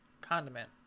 condiment